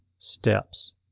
Steps